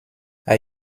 are